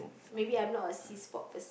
maybe I'm not a sea sport pers~